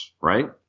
right